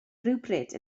rhywbryd